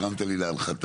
הרמת לי להנחתה.